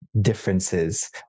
differences